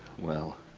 well.